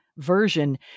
version